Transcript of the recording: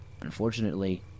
Unfortunately